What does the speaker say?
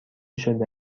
شده